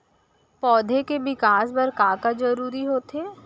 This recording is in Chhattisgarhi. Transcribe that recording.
पौधे के विकास बर का का जरूरी होथे?